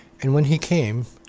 and when he came,